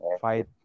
fight